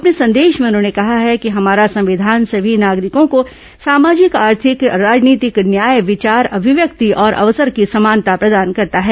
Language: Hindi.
अपने संदेश में उन्होंने कहा है कि हमारा संविधान सभी नागरिकों को सामाजिक आर्थिक राजनीतिक न्याय विचार अभिव्यक्ति और अवसर की समानता प्रदान करता है